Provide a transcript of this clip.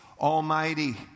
Almighty